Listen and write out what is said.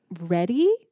ready